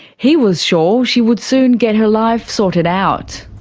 he was sure she would soon get her life sorted out.